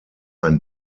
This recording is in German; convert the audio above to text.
ein